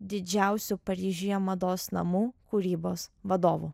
didžiausių paryžiuje mados namų kūrybos vadovu